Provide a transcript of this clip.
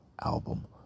Album